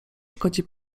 szkodzi